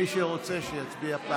מי שרוצה, שיצביע.